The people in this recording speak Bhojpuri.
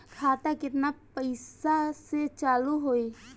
खाता केतना पैसा से चालु होई?